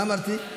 מה אמרתי?